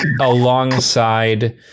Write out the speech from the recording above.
alongside